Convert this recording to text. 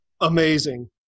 amazing